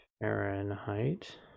fahrenheit